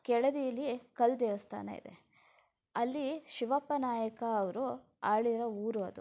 ಕೆಳದಿಯಲ್ಲಿ ಕಲ್ಲು ದೇವಸ್ಥಾನ ಇದೆ ಅಲ್ಲಿ ಶಿವಪ್ಪ ನಾಯಕ ಅವರು ಆಳಿರೋ ಊರು ಅದು